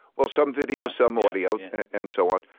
well, some video, some audio and so on.